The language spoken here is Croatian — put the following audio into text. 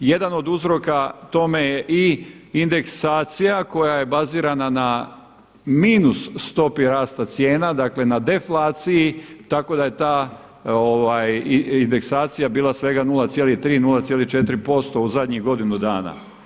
Jedan od uzroka tome je i indeksacija koja je bazirana na minus stopi rasta cijene, dakle na deflaciji tako da je ta indeksacija bila svega 0,3, 0,4% u zadnjih godinu dana.